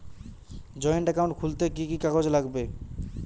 Joint account খুলতে কি কি কাগজ লাগবে?